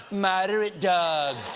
moderate dog!